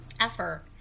effort